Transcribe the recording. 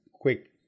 quick